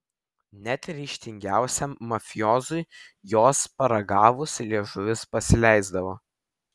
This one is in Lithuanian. net ryžtingiausiam mafiozui jos paragavus liežuvis pasileisdavo